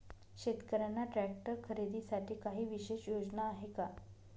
शेतकऱ्यांना ट्रॅक्टर खरीदीसाठी काही विशेष योजना आहे का?